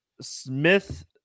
Smith